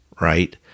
right